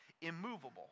immovable